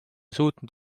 suutnud